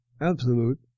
absolute